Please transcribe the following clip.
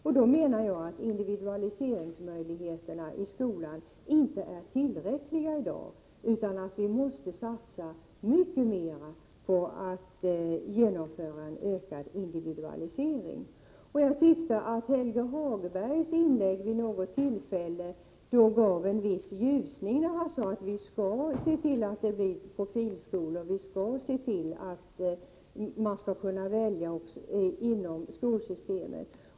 Då är, menar jag, individualiseringsmöjligheterna i skolan inte tillräckliga i dag utan vi måste satsa mycket mera på att genomföra en ökad individualisering. Jag tyckte att Helge Hagbergs inlägg vid något tillfälle gav en viss ljusning. Han sade: Vi skall se till att det blir profilskolor, vi skall se till att man skall kunna välja också inom skolsystemet.